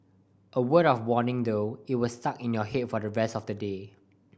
a word of warning though it was stuck in your head for the rest of the day